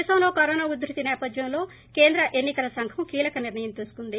దేశంలో కరోనా ఉద్యతి నేపథ్యంలో కేంద్ర ఎన్ని కల సంఘం కీలక నిర్ణయం తీసుకుంది